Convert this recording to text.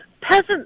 peasant